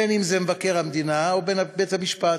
אם מבקר המדינה או בית-המשפט,